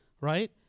right